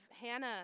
Hannah